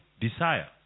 desire